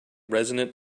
resonant